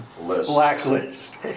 blacklist